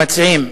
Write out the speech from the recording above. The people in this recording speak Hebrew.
המציעים,